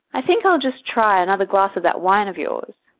i think i'll just try another glass of that wine of yours.